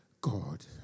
God